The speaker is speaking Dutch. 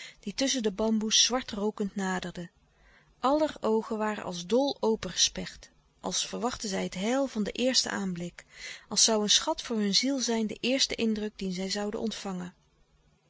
die tusschen de bamboes zwart rookend naderde aller oogen waren als dol open gesperd als verwachtten zij het heil van den eersten aanblik als zoû een schat voor hun ziel zijn de eerste indruk dien zij zouden ontvangen